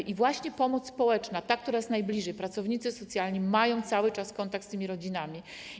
I właśnie pomoc społeczna, ta, która jest najbliżej, pracownicy socjalni mają cały czas kontakt z tymi rodzinami.